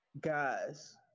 guys